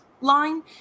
line